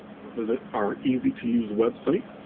or visit our easy to use website,